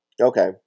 Okay